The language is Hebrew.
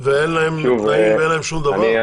ואין להן תנאים ואין להן שום דבר?